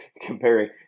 Comparing